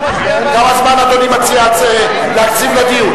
כמה זמן אדוני מציע להקציב לדיון?